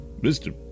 Mr